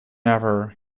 ever